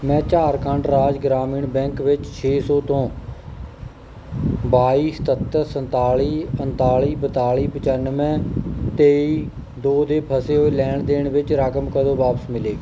ਮੈਂ ਝਾਰਖੰਡ ਰਾਜ ਗ੍ਰਾਮੀਣ ਬੈਂਕ ਵਿੱਚ ਛੇ ਸੌ ਤੋਂ ਬਾਈ ਸਤੱਤਰ ਸੰਤਾਲੀ ਉਣਤਾਲੀ ਬਤਾਲੀ ਪਚਾਨਵੇਂ ਤੇਈ ਦੋ ਦੇ ਫਸੇ ਹੋਏ ਲੈਣ ਦੇਣ ਵਿੱਚ ਰਕਮ ਕਦੋਂ ਵਾਪਸ ਮਿਲੇਗੀ